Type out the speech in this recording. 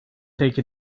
take